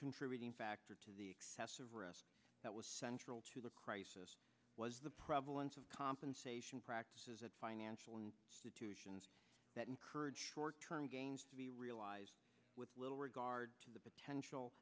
contributing factor to the excessive risk that was central to the crisis was the prevalence of compensation practices at financial situations that encourage short term gains to be realized with little regard to the potential